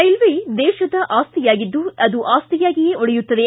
railway ದೇಶದ ಆಸ್ತಿಯಾಗಿದ್ದು ಅದು ಆಸ್ತಿಯಾಗಿಯೇ ಉಳಿಯುತ್ತದೆ